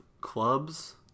clubs